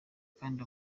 kandi